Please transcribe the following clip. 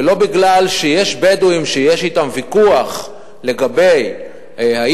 ולא מפני שיש בדואים שיש אתם ויכוח בשאלה אם